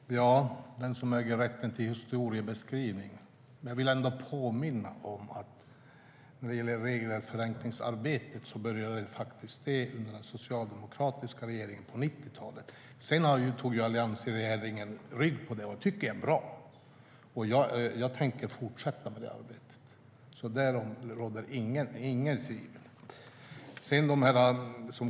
Fru talman! När det gäller vem som äger rätten till historiebeskrivning vill jag påminna om att regelförenklingsarbetet faktiskt påbörjades av den socialdemokratiska regeringen på 90-talet. Sedan tog alliansregeringen rygg på det, och det tycker jag är bra. Jag tänker fortsätta det arbetet. Därom råder inget tvivel.